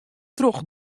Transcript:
troch